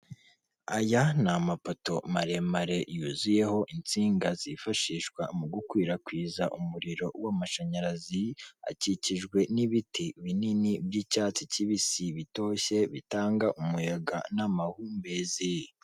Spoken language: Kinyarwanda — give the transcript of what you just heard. Aya ni amapoto maremare yuzuyeho insinga zifashishwa mu gukwirakwiza umuriro w'amashanyarazi akikijwe n'ibiti binini by'icyatsi kibisi bitoshye, bitanga umuyaga n'amahumbezi.